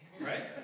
Right